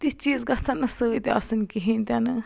تِتھ چیٖز گَژھن نہٕ سۭتۍ آسٕنۍ کِہیٖنۍ تہِ نہٕ